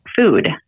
food